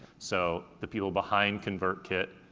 so the people behind convertkit,